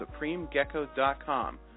SupremeGecko.com